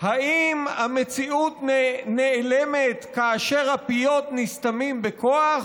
האם המציאות נעלמת כאשר הפיות נסתמים בכוח?